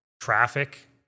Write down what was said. traffic